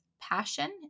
Passion